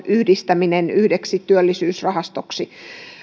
yhdistäminen yhdeksi työllisyysrahastoksi